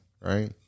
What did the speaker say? right